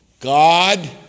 God